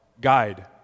guide